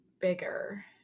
bigger